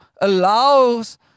allows